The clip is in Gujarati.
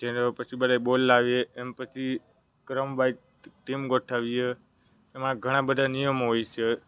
જેનો પછી બધાએ બોલ લાવીએ એમ પછી ક્રમવાઇઝ ટીમ ગોઠવીએ એમાં ઘણા બધા નિયમો હોય છે